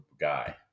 guy